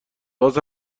باز